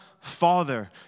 Father